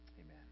Amen